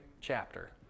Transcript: chapter